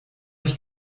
ich